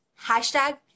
Hashtag